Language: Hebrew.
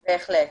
בהחלט,